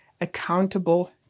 accountable